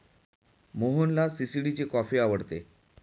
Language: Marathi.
मोहनला सी.सी.डी ची कॉफी आवडते